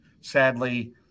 sadly